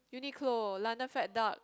Uniqlo London Fat Duck